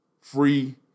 Free